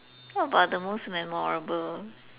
what about the most memorable